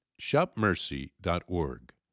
shopmercy.org